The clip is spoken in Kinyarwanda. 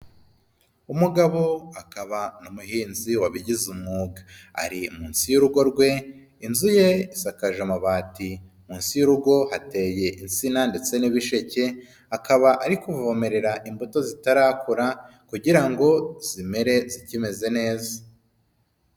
Umugabo akaba n'umuhinzi wabigize umwuga ari munsi y'urugo rwe, inzu isakaje amabati, munsi y'urugo hateye insina ndetse n'ibisheke, akaba ari kuvomerera imbuto zitarakura kugira ngo zimere zikimeze neza.